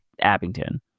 Abington